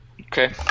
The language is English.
Okay